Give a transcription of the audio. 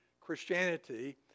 Christianity